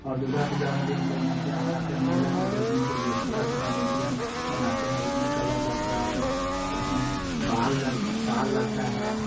और दुर्गा पूजा में भी हम लोग मूर्तियाँ बनाते हैं मेला में बेचने के लिए छोटा छोटा मूर्तियाँ उसमें कलर लगता है उसमें बाल का बाल लगता है